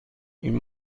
این